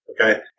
Okay